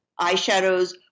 eyeshadows